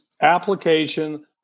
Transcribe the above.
application